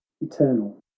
eternal